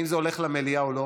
אם זה הולך למליאה או לא.